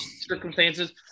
circumstances